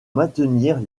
maintenir